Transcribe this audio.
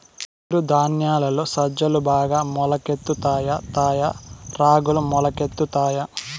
చిరు ధాన్యాలలో సజ్జలు బాగా మొలకెత్తుతాయా తాయా రాగులు మొలకెత్తుతాయా